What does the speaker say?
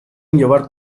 llevar